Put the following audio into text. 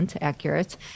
accurate